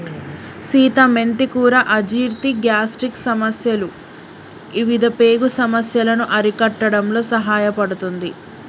సీత మెంతి కూర అజీర్తి, గ్యాస్ట్రిక్ సమస్యలు ఇవిధ పేగు సమస్యలను అరికట్టడంలో సహాయపడుతుంది